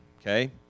Okay